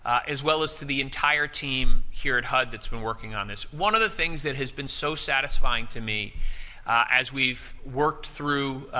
ah as well as to the entire team here at hud that's been working on this, one of the things that has been so satisfying to me as we've worked through